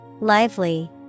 Lively